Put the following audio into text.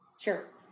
Sure